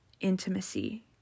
intimacy